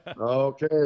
okay